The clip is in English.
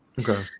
Okay